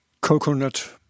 coconut